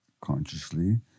consciously